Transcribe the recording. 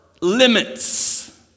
limits